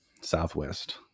southwest